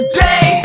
day